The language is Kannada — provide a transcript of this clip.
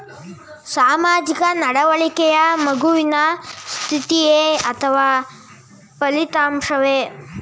ಸಾಮಾಜಿಕ ನಡವಳಿಕೆಯು ಮಗುವಿನ ಸ್ಥಿತಿಯೇ ಅಥವಾ ಫಲಿತಾಂಶವೇ?